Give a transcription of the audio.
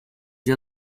you